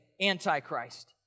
Antichrist